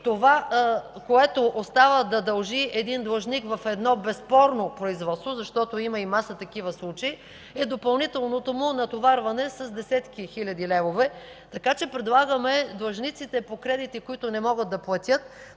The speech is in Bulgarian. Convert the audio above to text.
Това, което остава да дължи длъжник в едно безспорно производство, защото има и маса такива случаи, е допълнителното му натоварване с десетки хиляди лева. Предлагаме длъжниците по кредити, които не могат да платят,